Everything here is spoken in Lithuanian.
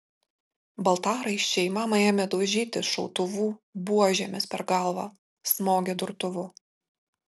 baltaraiščiai mamą ėmė daužyti šautuvų buožėmis per galvą smogė durtuvu